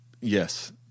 Yes